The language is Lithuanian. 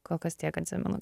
kol kas tiek atsimenu